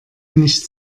nicht